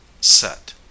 set